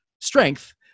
strength